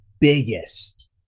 biggest